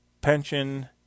pension